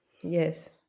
Yes